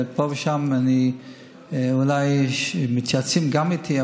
פה ושם מתייעצים גם איתי,